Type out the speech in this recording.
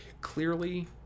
clearly